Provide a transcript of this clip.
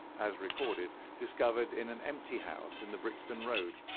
as recorded, discovered in an empty house in the brixton road,